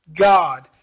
God